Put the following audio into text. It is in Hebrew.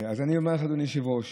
אדוני היושב-ראש